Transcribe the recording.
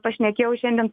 pašnekėjau šiandien